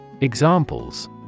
Examples